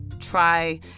Try